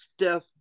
steph